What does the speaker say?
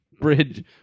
Bridge